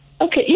Okay